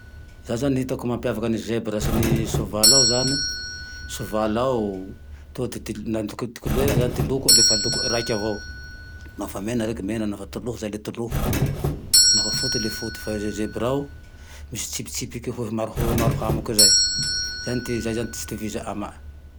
Zaho zane hitako mampiavaky zebra naho soavaly ao zane, soavaly ao ty- ty kolerany zane na ty lokony raiky avao, lafa mena reke mena, lafa toloho zay le toloho, naho foty le foty. Fa zebra ao misy tsipitsikipy hoe maro hamoky zay, zane, zay zane ty tsy itovizany amay.